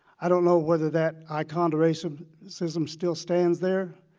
i don't know whether that icon to racism racism still stands there,